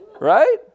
Right